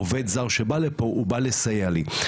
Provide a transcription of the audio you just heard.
עובד זר שבא לפה הוא בא לסייע לי,